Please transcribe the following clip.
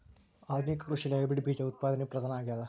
ಆಧುನಿಕ ಕೃಷಿಯಲ್ಲಿ ಹೈಬ್ರಿಡ್ ಬೇಜ ಉತ್ಪಾದನೆಯು ಪ್ರಧಾನ ಆಗ್ಯದ